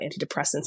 antidepressants